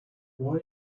why